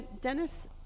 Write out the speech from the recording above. Dennis